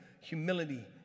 humility